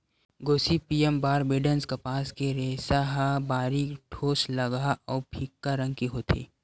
Gossypium barbadense कपास के रेसा ह बारीक, ठोसलगहा अउ फीक्का रंग के होथे